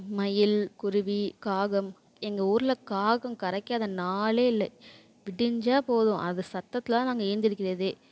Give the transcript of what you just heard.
மயில் குருவி காகம் எங்கள் ஊரில் காகம் கரைக்காத நாள் இல்லை விடிஞ்சா போதும் அது சத்தத்தில் தான் நாங்கள் ஏழுந்திரிக்கிறதே